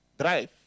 drive